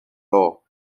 law